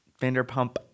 Vanderpump